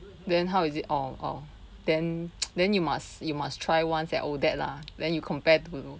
then how is it or or then then you must you must try once at ODAC lah then you compare to